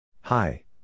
Hi